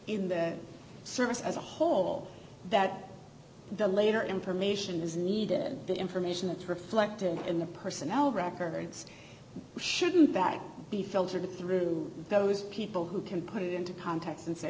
in the service as a whole that the later information is needed the information that's reflected in the personnel records shouldn't that be filtered through those people who can put it into context and say